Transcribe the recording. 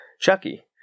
Chucky